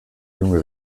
junge